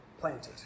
planted